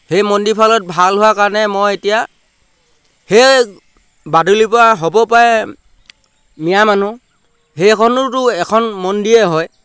সেই মন্দিৰৰ ফলত ভাল হোৱা কাৰণে মই এতিয়া সেইয় বাদলিপৰা হ'ব পাৰে মিঞা মানুহ সেইখনোতো এখন মন্দিৰেই হয়